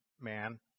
man